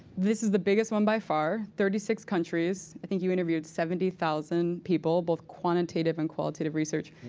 this is the biggest one by far, thirty six countries. i think you interviewed seventy thousand people, both quantitative and qualitative research.